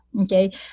okay